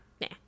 Nah